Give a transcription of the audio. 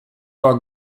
war